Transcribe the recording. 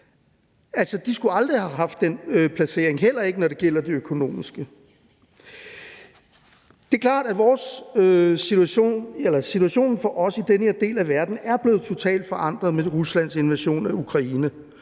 De skulle aldrig have haft den placering, heller ikke når det gælder det økonomiske. Det er klart, at situationen for os i den her del af verden er blevet totalt forandret med Ruslands invasion af Ukraine